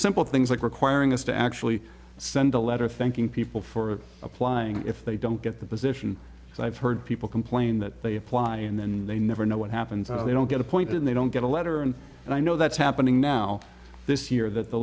simple things like requiring us to actually send a letter thanking people for applying if they don't get the position so i've heard people complain that they apply and then they never know what happened so they don't get appointed and they don't get a letter and i know that's happening now this year that the